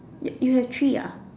you you have three ah